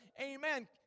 amen